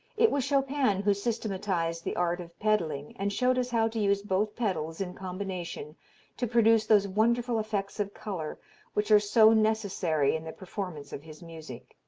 it was chopin who systematized the art of pedalling and showed us how to use both pedals in combination to produce those wonderful effects of color which are so necessary in the performance of his music.